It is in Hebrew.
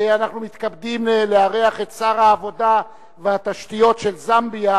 אנחנו מתכבדים לארח את שר העבודה והתשתיות של זמביה,